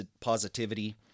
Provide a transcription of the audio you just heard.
Positivity